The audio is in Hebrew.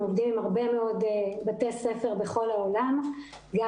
אנחנו עובדים עם הרבה מאוד בתי ספר בכל העולם גם